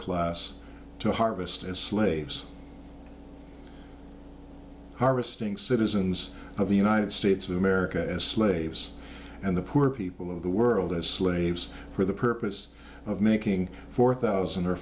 class to harvest as slaves harvesting citizens of the united states of america as slaves and the poor people of the world as slaves for the purpose of making four thousand or